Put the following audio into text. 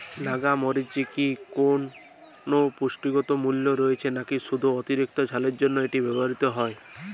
নাগা মরিচে কি কোনো পুষ্টিগত মূল্য রয়েছে নাকি শুধু অতিরিক্ত ঝালের জন্য এটি ব্যবহৃত হয়?